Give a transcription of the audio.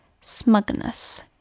smugness